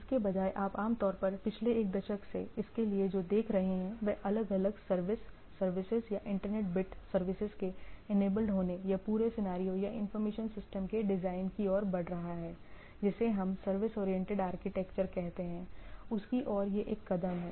इसके बजाय आप आमतौर पर पिछले एक दशक से इसके लिए जो देख रहे हैं वह अलग अलग सर्विस सर्विसेज या इंटरनेट बिट सर्विसेज के इनेबल्ड होने या पूरे सिनेरियो या इंफॉर्मेशन सिस्टम के डिजाइन की ओर बढ़ रहा है जिसे हम सर्विस ओरिएंटेड आर्किटेक्चर कहते हैं उसकी ओर यह एक कदम है